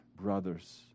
brothers